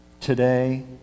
Today